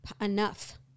enough